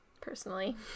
personally